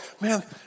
man